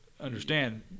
understand –